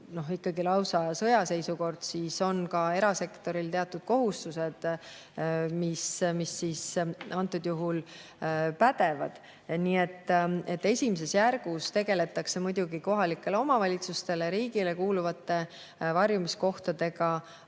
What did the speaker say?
ikkagi lausa sõjaseisukord, siis on ka erasektoril teatud kohustused, mis antud juhul pädevad. Nii et esimeses järgus tegeldakse muidugi kohalikele omavalitsustele, riigile kuuluvate varjumiskohtadega,